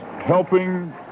helping